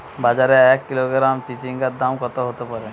বাজারে এক কিলোগ্রাম চিচিঙ্গার দাম কত হতে পারে?